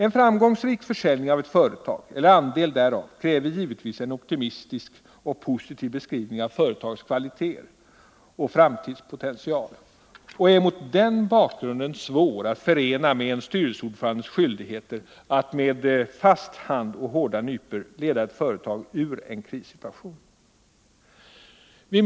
En framgångsrik försäljning av ett företag eller andel därav kräver givetvis en optimistisk och positiv beskrivning av företagets kvaliteter och framtidspotential och är mot den bakgrunden svår att förena med en styrelseordförandes skyldigheter att med fast hand och hårda nypor leda ett företag ur en krissituation.